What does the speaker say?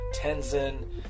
Tenzin